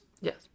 Yes